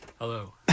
Hello